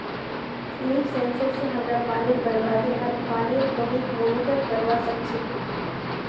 leaf sensor स हमरा पानीर बरबादी आर पानीर कमीक मॉनिटर करवा सक छी